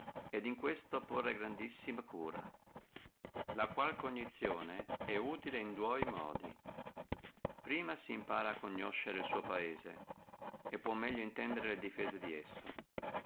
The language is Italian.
et in questo porre grandissima cura la quale cognizione è utile in dua modi prima simpara a conoscere el suo paese e può meglio intendere le difese di esso